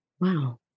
Wow